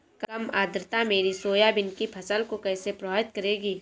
कम आर्द्रता मेरी सोयाबीन की फसल को कैसे प्रभावित करेगी?